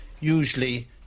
usually